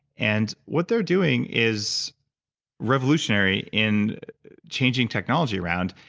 and what they're doing is revolutionary in changing technology around.